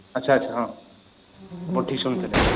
ଆଚ୍ଛା ଆଚ୍ଛା ହଁ ଆପଣ ଠିକ୍ ଶୁଣିଥିଲେ